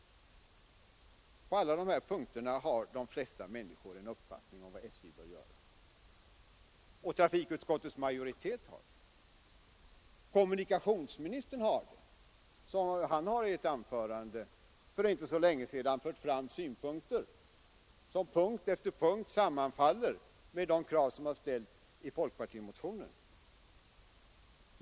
På alla dessa punkter har de flesta människor en uppfattning om vad SJ bör göra. Trafikutskottets majoritet har det. Och kommunikationsministern har det. Han har i ett anförande för inte så länge sedan framfört synpunkter som på punkt efter punkt sammanfaller med de krav som framförts i folkpartimotionen.